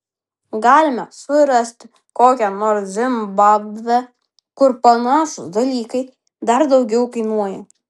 galime surasti kokią nors zimbabvę kur panašūs dalykai dar daugiau kainuoja